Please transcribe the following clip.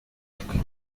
twe